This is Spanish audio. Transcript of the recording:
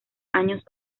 años